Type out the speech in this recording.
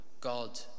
God